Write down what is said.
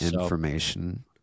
information